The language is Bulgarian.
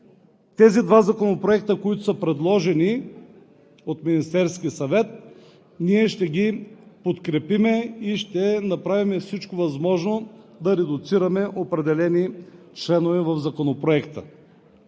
тези два законопроекта, които са предложени от Министерския съвет, ние ще ги подкрепим и ще направим всичко възможно да редуцираме определени членове в законопроекта.